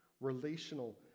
relational